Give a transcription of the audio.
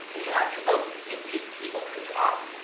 and you ask yourself, if these people could talk,